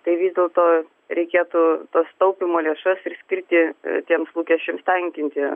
tai vis dėlto reikėtų tas taupymo lėšas skirti tiems lūkesčiams tenkinti